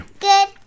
Good